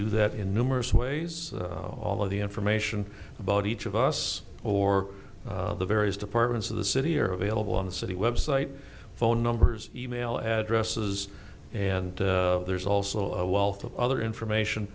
do that in numerous ways all of the information about each of us or of the various departments of the city are available on the city website phone numbers email addresses and there's also a wealth of other information